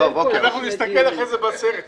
בסדר, אנחנו נסתכל אחרי זה בסרט.